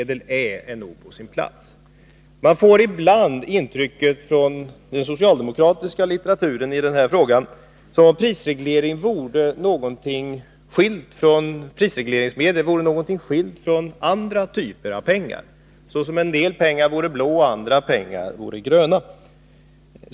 Det är nog på sin plats med en förklaring av vad prisregleringsmedel är. Av den socialdemokratiska litteraturen i denna fråga får man ibland intrycket att prisregleringsmedel är någonting skilt från andra typer av pengar —som om en del pengar vore blå och andra gröna.